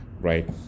right